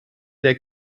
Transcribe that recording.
der